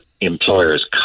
employer's